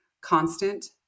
constant